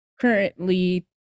currently